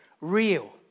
real